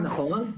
נכון.